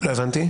לא הבנתי.